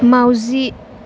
माउजि